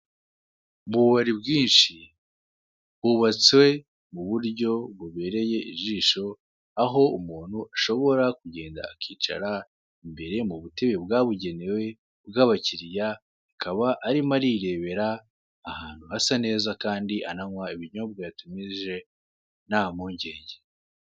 Ububari bwinshi bwubatse mu buryo bubereye ijisho, aho umuntu ashobora kugenda akicara, imbere mu butebe bwa bugenewe bw'abakiriya, akaba arimo arirebera ahantu hasa neza kandi ananywa ibinyobwa yatumije nta mpungenge.